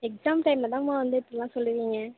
exam டைமில் தான்ம்மா வந்து இப்படிலாம் சொல்லுவீங்க